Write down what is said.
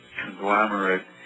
conglomerate